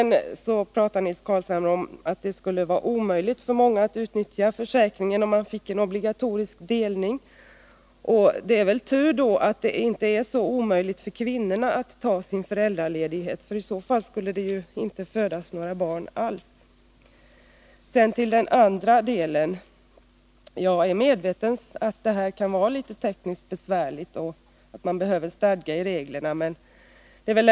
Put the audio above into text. Nils Carlshamre talar sedan om att det skulle vara omöjligt för många att utnyttja försäkringen om det blev en obligatorisk delning av föräldraledigheten. Det är väl tur då att det inte är så omöjligt för kvinnorna att ta ut sin föräldraledighet — annars skulle det ju inte födas några barn alls. När det gäller den andra delen av frågan är jag medveten om att det kan vara tekniskt besvärligt och att det behövs stadga i förhållandena med tanke på reglerna.